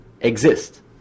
exist